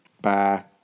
Bye